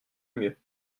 mieux